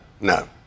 no